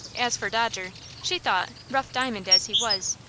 as for dodger, she thought, rough diamond as he was,